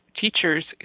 teachers